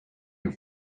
your